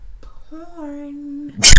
porn